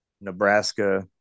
Nebraska